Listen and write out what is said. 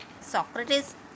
Socrates